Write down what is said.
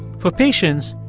for patients,